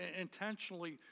intentionally